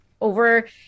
Over